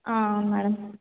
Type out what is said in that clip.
ఆ అవును మేడం